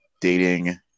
dating